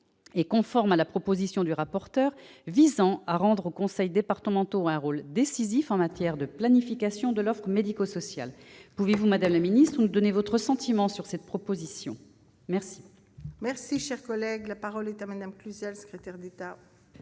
conforme à la proposition du rapporteur visant à rendre aux conseils départementaux un rôle décisif en matière de planification de l'offre médico-sociale. Pouvez-vous, madame la secrétaire d'État, nous donner votre sentiment sur cette proposition ? La parole est à Mme la secrétaire d'État.